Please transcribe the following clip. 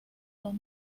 los